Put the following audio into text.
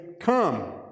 Come